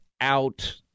out